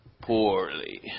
poorly